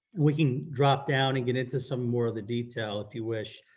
we can drop down and get into some more of the detail if you wish.